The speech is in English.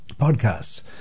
Podcasts